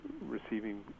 receiving